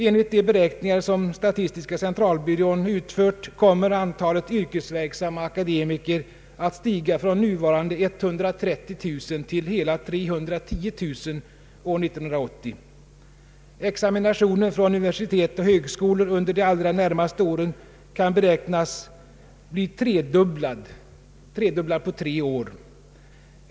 Enligt de beräkningar som statistiska centralbyrån utfört kommer antalet yrkesverksamma akademiker att stiga från nuvarande 130 000 till hela 310 000 år 1980. Examinationen från universitet och högskolor kan beräknas bli tredubblad på tre år.